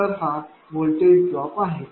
तर हा voltage drop आहे